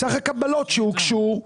מסך הקבלות שהוגשו,